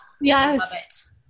Yes